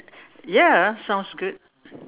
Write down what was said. ya sounds good